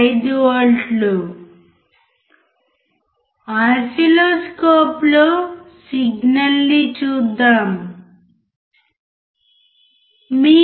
5 వోల్ట్లు ఓసిల్లోస్కోప్లో సిగ్నల్ ని చూద్దాం